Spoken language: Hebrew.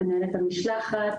מנהלת המשלחת,